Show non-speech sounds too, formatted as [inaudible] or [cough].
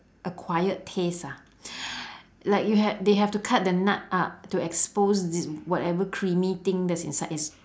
acquired taste ah [breath] like you ha~ they have to cut the nut up to expose this whatever creamy thing that's inside is